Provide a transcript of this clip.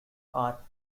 are